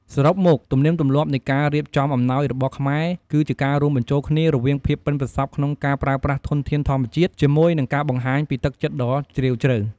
សរុបមក ទំនៀមទម្លាប់នៃការរៀបចំអំណោយរបស់ខ្មែរ គឺជាការរួមបញ្ចូលគ្នារវាង ភាពប៉ិនប្រសប់ក្នុងការប្រើប្រាស់ធនធានធម្មជាតិ ជាមួយនឹង ការបង្ហាញពីទឹកចិត្តដ៏ជ្រាលជ្រៅ។